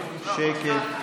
המדורות,